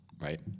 right